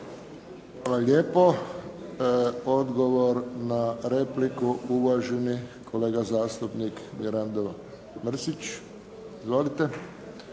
Hvala lijepo. Odgovor na repliku uvaženi kolega zastupnik Mirando Mrsić. Izvolite.